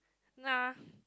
nah